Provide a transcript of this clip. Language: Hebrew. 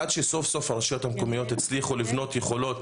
עד שסוף סוף הרשויות המקומיות הצליחו לבנות יכולות